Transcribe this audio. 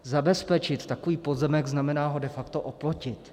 Zabezpečit takový pozemek znamená ho de facto oplotit.